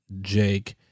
Jake